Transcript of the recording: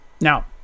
Now